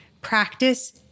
practice